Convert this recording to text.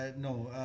no